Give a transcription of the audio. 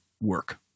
work